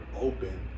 open